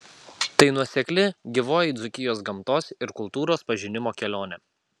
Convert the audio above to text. tai nuosekli gyvoji dzūkijos gamtos ir kultūros pažinimo kelionė